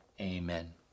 amen